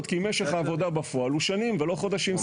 כי משך העבודה בפועל הוא שנים ולא חודשים ספורים.